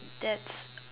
that's